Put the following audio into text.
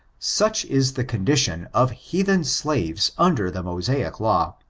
such is the condition of heathen slares under the mosaic law.